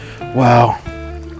Wow